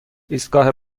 ایستگاه